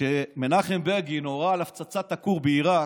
כשמנחם בגין הורה על הפצצת הכור בעיראק,